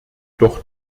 doch